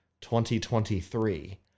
2023